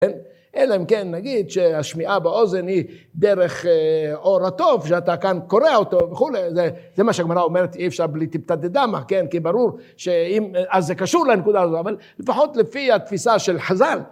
אלא אם כן נגיד שהשמיעה באוזן היא דרך עור התוף, שאתה כאן קורע אותו וכולי, זה מה שהגמרא אומרת אי אפשר בלי טיפתא דדמא, כן כי ברור שאם, אז זה קשור לנקודה הזאת, אבל לפחות לפי התפיסה של חז"ל